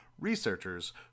Researchers